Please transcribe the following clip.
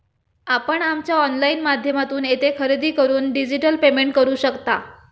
आपण आमच्या ऑनलाइन माध्यमातून येथे खरेदी करून डिजिटल पेमेंट करू शकता